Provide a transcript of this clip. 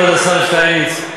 כבוד השר שטייניץ,